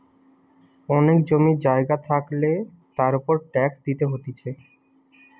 অনেক জমি জায়গা থাকলে তার উপর ট্যাক্স দিতে হতিছে